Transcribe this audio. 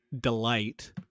delight